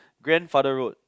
grandfather road